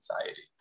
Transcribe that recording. anxiety